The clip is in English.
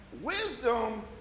Wisdom